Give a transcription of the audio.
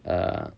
err